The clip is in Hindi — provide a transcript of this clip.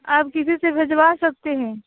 आप किसी से भिजवा सकते हैं